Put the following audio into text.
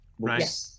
right